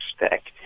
expect